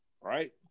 Right